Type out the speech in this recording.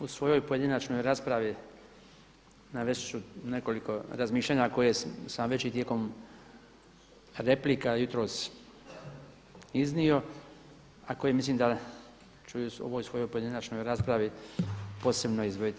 U svojoj pojedinačnoj raspravi navest ću nekoliko razmišljanja koje sam već i tijekom replika jutros iznio, a koje mislim da ću u ovoj svojoj pojedinačnoj raspravi posebno izdvojiti.